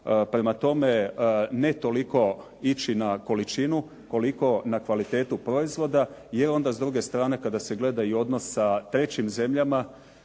Prema tome, ne toliko ići na količinu koliko na kvalitetu proizvoda, jer onda s druge strane kada se gleda i odnos sa trećim zemljama,